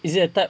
is it a type